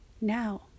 now